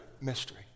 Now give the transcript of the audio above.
mystery